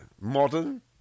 modern